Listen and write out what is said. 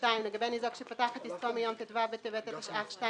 (2)לגבי ניזוק שפתח את עסקו מיום ט"ו בטבת התשע"ח (2